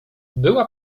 była